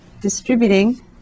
distributing